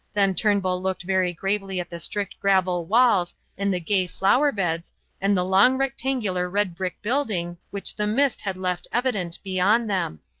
then turnbull looked very gravely at the strict gravel walls and the gay flower-beds and the long rectangular red-brick building, which the mist had left evident beyond them.